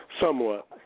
Somewhat